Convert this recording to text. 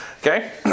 Okay